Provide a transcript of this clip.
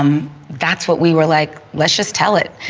um that's what we were like, let's just tell it.